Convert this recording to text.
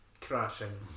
crashing